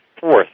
fourth